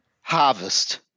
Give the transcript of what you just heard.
Harvest